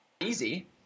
easy